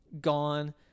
gone